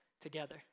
together